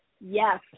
Yes